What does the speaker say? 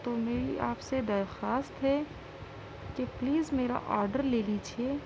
تو میری آپ سے درخواست ہے کہ پلیز میرا آڈر لے لیجیے